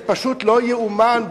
זה פשוט לא ייאמן,